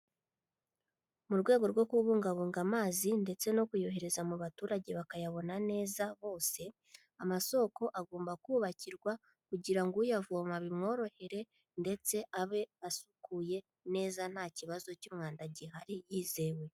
Mu rwego rwo kubungabunga amazi ndetse no kuyohereza mu baturage bakayabona neza bose, amasoko agomba kubakirwa, kugira ngo uyavoma bimworohere ndetse abe asukuye neza nta kibazo cy'umwanda gihari yizewe.